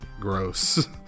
gross